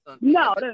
no